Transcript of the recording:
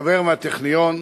חבר מהטכניון,